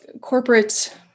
corporate